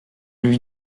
lui